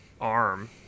arm